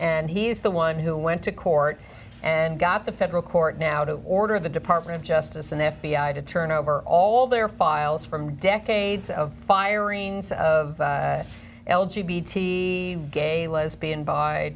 and he's the one who went to court and got the federal court now to order the department of justice and the f b i to turn over all their files from decades of firings of l g b t gay lesbian b